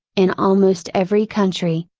in almost every country,